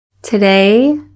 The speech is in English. Today